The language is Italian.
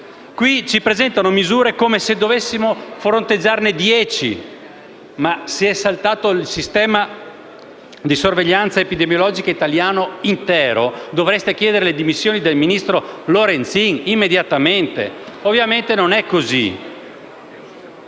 qui ci presentano misure come se dovessimo fronteggiarne dieci. Ma, se è saltato il sistema di sorveglianza epidemiologica italiano intero dovreste immediatamente chiedere le dimissioni del ministro Lorenzin. Ovviamente non è così